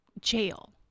jail